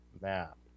map